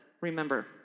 remember